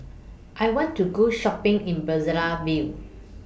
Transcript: I want to Go Shopping in Brazzaville